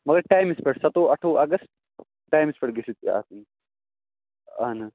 مگر ٹایمَس پٮ۪ٹھ سَتووُہ اَٹھووُہ اَگَست ٹایمَس پٮ۪ٹھ گٔژھِو تُہۍ آسٕنۍ اَہنا